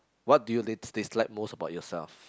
what do you dis~ dislike most about yourself